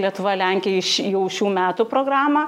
lietuva lenkija iš jau šių metų programą